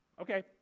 Okay